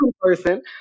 person